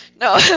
No